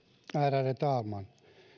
ärade talman